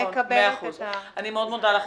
גברתי יושבת-הראש,